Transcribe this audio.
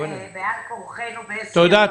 בעל כורחנו באיזושהי הפרה --- תודה,